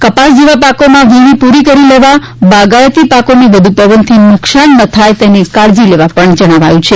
કપાસ જેવા પાકોમાં વીણી પૂરી કરી લેવા બાગાયતી પાકોને વધુ પવનથી નુકશાન ન થાય તેની કાળજી લેવા પણ જણાવ્યું છે